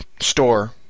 store